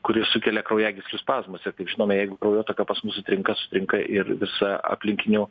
kuri sukelia kraujagyslių spazmus ir kaip žinome jeigu kraujotaka pas mus sutrinka sutrinka ir visa aplinkinių